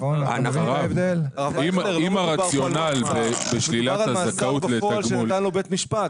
לא מדובר פה על מעצר; מדובר על מאסר בפועל שנתן לו בית משפט.